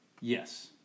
Yes